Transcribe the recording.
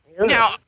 Now